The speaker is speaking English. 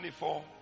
24